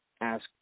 ask